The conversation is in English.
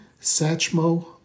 Sachmo